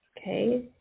okay